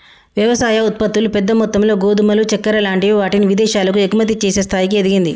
వ్యవసాయ ఉత్పత్తులు పెద్ద మొత్తములో గోధుమలు చెక్కర లాంటి వాటిని విదేశాలకు ఎగుమతి చేసే స్థాయికి ఎదిగింది